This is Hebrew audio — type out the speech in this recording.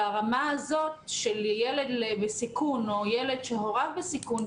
ברמה הזאת של ילד בסיכון או ילד שהוריו בסיכון,